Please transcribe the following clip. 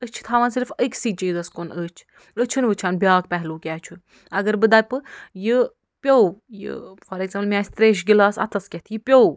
أسۍ چھِ تھاوان صرف أکسٕے چیٖزَس کُن أچھۍ أسۍ چھِنہٕ وُچھان بیٛاکھ پہلو کیٛاہ چھُ اَگر بہٕ دَپہٕ یہِ پیٛوٚو یہِ فار ایٚگزامپٕل مےٚ آسہِ ترٛیشہِ گِلاسہٕ اَتھس کیٚتھ یہِ پیٛوٚو